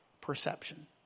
perception